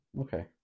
okay